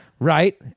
Right